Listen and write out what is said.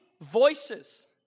voices